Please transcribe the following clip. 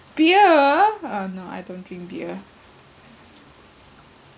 beer uh no I don't drink beer